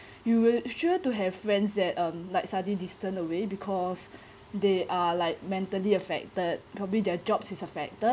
you will sure to have friends that um like suddenly distant away because they are like mentally affected probably their jobs is affected